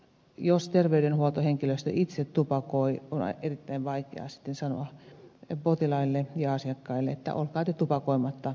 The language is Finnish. jos terveydenhuoltohenkilöstö itse tupakoi on erittäin vaikeaa sitten sanoa potilaille ja asiakkaille että olkaa te tupakoimatta mutta itse tupakoin